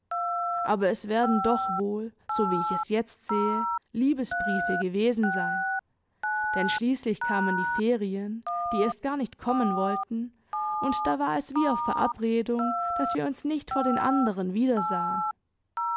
aber es werden doch wohl so wie ich es jetzt sehe liebesbriefe gewesen sein denn schließlich kamen die ferien die erst gar nicht kommen wollten und da war es wie auf verabredung daß wir uns nicht vor den anderen wiedersahen